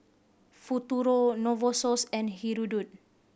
Futuro Novosource and Hirudoid